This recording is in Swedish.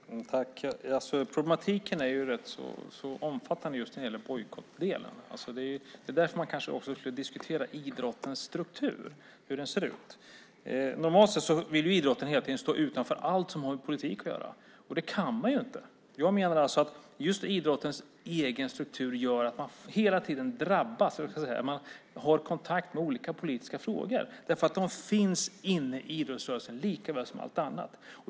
Herr talman! Problematiken är rätt omfattande just när det gäller bojkottdelen. Det är därför man kanske också skulle diskutera idrottens struktur, hur den ser ut. Normalt sett vill idrotten egentligen stå utanför allt som har med politik att göra. Det kan man inte. Jag menar att just idrottens egen struktur gör att man hela tiden drabbas. Man har kontakt med olika politiska frågor därför att de finns inne i idrottsrörelsen likaväl som allt annat.